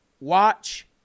watch